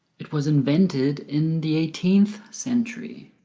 it was invented in the eighteenth century